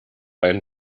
einen